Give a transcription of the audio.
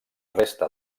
resta